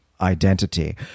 identity